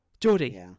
geordie